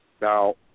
Now